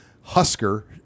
Husker